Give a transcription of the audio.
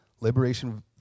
Liberation